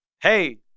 hey